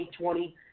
2020